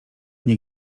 nie